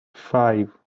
five